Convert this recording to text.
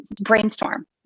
brainstorm